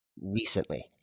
recently